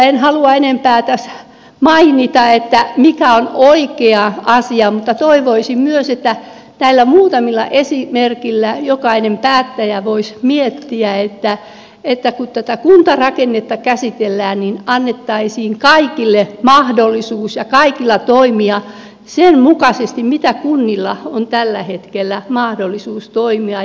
en halua enempää tässä mainita mikä on oikea asia mutta toivoisin myös että näillä muutamilla esimerkeillä jokainen päättäjä voisi miettiä että kun tätä kuntarakennetta käsitellään niin annettaisiin kaikille mahdollisuus ja kaikkien toimia sen mukaisesti miten kunnilla on tällä hetkellä mahdollisuus toimia